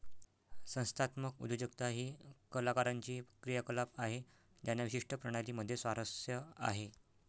संस्थात्मक उद्योजकता ही कलाकारांची क्रियाकलाप आहे ज्यांना विशिष्ट प्रणाली मध्ये स्वारस्य आहे